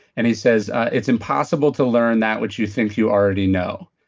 and he says it's impossible to learn that which you think you already know.